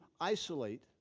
isolate